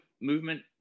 movement